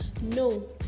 No